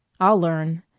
i'll learn,